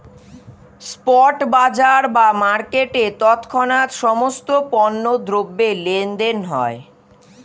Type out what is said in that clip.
spot বাজার বা মার্কেটে তৎক্ষণাৎ সমস্ত পণ্য দ্রব্যের লেনদেন হয়